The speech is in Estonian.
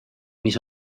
mis